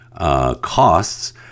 Costs